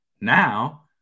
now